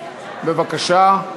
בבקשה.